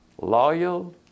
Loyal